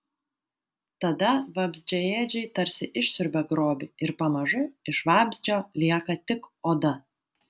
tada vabzdžiaėdžiai tarsi išsiurbia grobį ir pamažu iš vabzdžio lieka tik oda